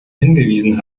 hingewiesen